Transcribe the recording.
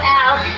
out